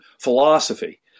philosophy